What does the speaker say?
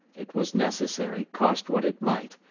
it was necessary, cost what it might,